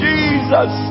Jesus